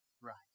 right